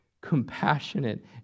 Compassionate